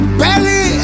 belly